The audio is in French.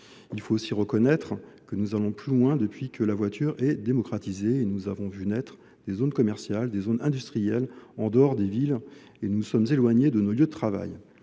il faut aussi reconnaître que nous allons plus loin depuis que la voiture est démocratisée et nous avons vu naître des zones commerciales des zones industrielles en dehors des villes et noushabadi de nos lieux de travail.